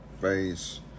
face